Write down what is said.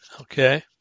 Okay